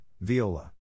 Viola